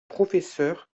professeur